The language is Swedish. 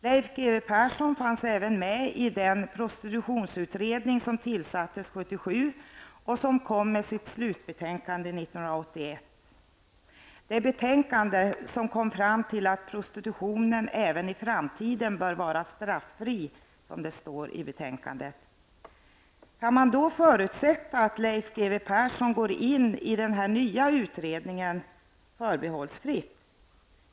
Leif G W Persson fanns även med i den prostitutionsutredning som tillsattes 1977 och som kom med sitt slutbetänkande 1981. I betänkandet kom man fram till att prostitutionen även i framtiden bör vara straffri. Kan man då förutsätta att Leif G W Persson går in i den nya utredningen förbehållsfritt?